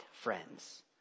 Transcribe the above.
friends